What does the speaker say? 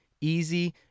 Easy